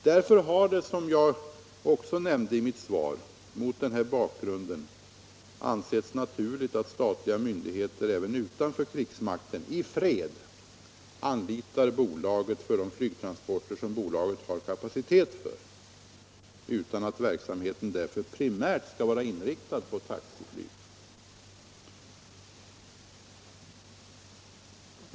Därför har det, såsom jag också nämnde i mitt svar, mot den bakgrunden ansetts naturligt att statliga myndigheter även utanför krigsmakten i fred anlitar bolaget för de flygtransporter som bolaget har kapacitet för utan att verksamheten därför primärt skall vara inriktad på taxiflyg.